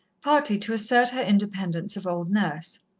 partly to assert her independence of old nurse.